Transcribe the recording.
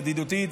ידידותית,